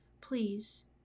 please